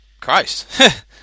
Christ